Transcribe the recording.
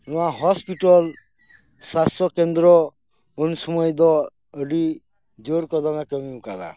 ᱱᱚᱣᱟ ᱦᱚᱸᱥᱯᱤᱴᱚᱞ ᱥᱟᱥᱛᱷᱚ ᱠᱮᱱᱫᱽᱨᱚ ᱩᱱ ᱥᱚᱢᱚᱭ ᱫᱚ ᱟᱹᱰᱤ ᱡᱳᱨ ᱠᱚᱫᱚᱢᱮ ᱠᱟᱹᱢᱤ ᱟᱠᱟᱫᱟ